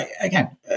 again